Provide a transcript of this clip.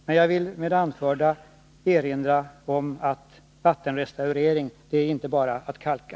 Men jag ville med det anförda erinra om att vattenrestaurering — ”det är inte bara att kalka”.